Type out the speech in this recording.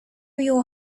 your